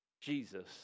Jesus